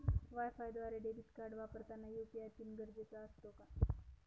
वायफायद्वारे debit card वापरताना UPI PIN गरजेचा असतो का?